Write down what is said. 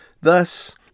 Thus